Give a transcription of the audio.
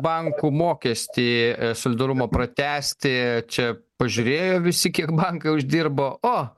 bankų mokestį solidarumo pratęsti čia pažiūrėjo visi kiek bankai uždirbo o